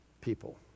people